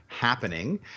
happening